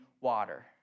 water